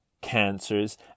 cancers